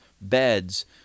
beds